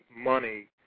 money